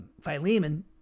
Philemon